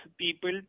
people